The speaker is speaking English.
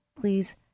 Please